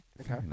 Okay